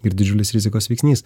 ir didžiulis rizikos veiksnys